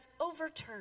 overturned